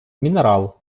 мінерал